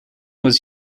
was